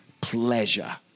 pleasure